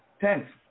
Thanks